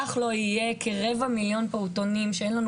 כך לא יהיה כרבע מיליון פעוטונים שאין לנו